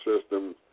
system